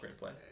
Screenplay